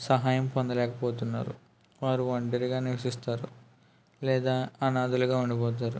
సహాయం పొందలేకపోతున్నారు వారు ఒంటరిగా నివసిస్తారు లేదా అనాధలుగా ఉండిపోతారు